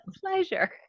pleasure